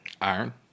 Iron